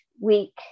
week